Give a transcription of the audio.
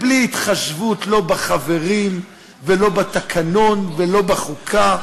בלי התחשבות לא בחברים ולא בתקנון ולא בחוקה.